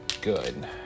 good